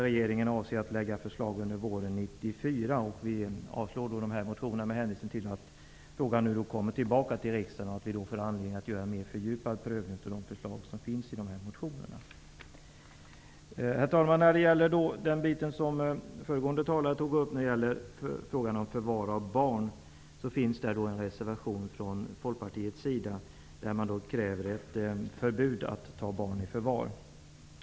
Regeringen avser att lägga fram förslag under våren 1994. Vi avstyrker motionerna med hänvisning till att frågorna kommer tillbaka till riksdagen och att vi får då anledning att göra en fördjupad prövning av de förslag som finns i motionerna. Herr talman! Vidare har vi den del som föregående talare diskuterade. När det gäller frågan om förvar av barn finns det en reservation från Folkpartiets sida. Man kräver ett förbud mot att ta barn i förvar.